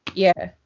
yeah.